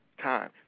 time